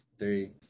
Three